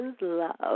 love